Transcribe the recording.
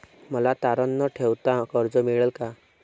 मला तारण न ठेवता कर्ज मिळेल का?